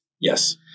Yes